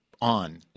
on